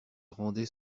rendait